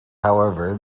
however